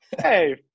Hey